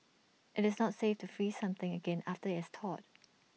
IT is not safe to freeze something again after it's thawed